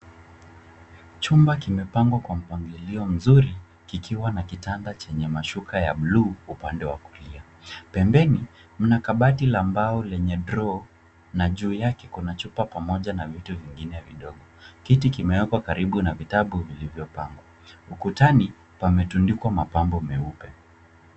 Chumba kimepangwa kwa mpangilio mzuri kikiwa na kitanda chenye mashuka ya bluu upande wa kulia. Pembeni mna kabati la mbao lenye draw na juu yake kuna chupa pamoja na vitu vingine vidogo. Kiti kimewekwa karibu na vitabu vilivyopangwa. Ukutani pametundikwa mapambo meupe.